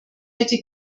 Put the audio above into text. hätte